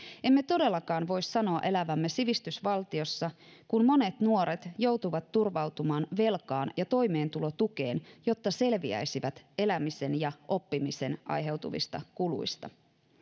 emme todellakaan voi sanoa elävämme sivistysvaltiossa kun monet nuoret joutuvat turvautumaan velkaan ja toimeentulotukeen jotta selviäisivät elämisestä ja oppimisesta aiheutuvista kuluista